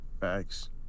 Thanks